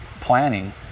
planning